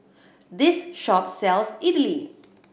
this shop sells Idili